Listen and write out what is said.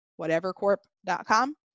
whatevercorp.com